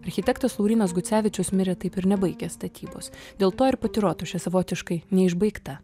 architektas laurynas gucevičius mirė taip ir nebaigęs statybos dėl to ir pati rotušė savotiškai neišbaigta